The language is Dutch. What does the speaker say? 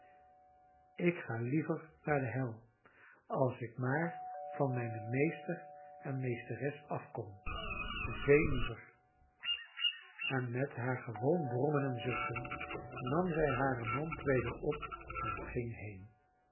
ik ga liever naar de hel als ik maar van mijnen meester en mijne meesteres afkom veel liever en met haar gewoon brommen en zuchten nam zij hare mand weder op en ging heen